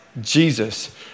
Jesus